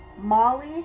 Molly